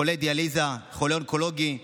חולה דיאליזה או חולה אונקולוגי,